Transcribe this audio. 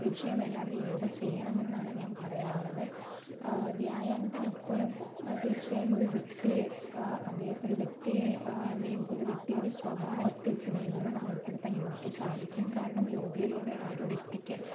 തീർച്ചയായും എല്ലാവരും യോഗ ചെയ്യണമെന്നാണ് ഞാൻ പറയാറുള്ളത് വ്യായാമത്തിനപ്പുറം തീർച്ചയായും ഒരു വ്യക്തിയെ അതെ ഒരു വ്യക്തിയെ ഒരു വ്യക്തിയുടെ സ്വഭാവത്തിൽ നിയന്ത്രണം ഏർപ്പെടുത്താൻ യോഗക്ക് സാധിക്കും കാരണം യോഗയിലൂടെ ആ ഒരു വ്യക്തിക്ക്